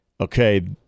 okay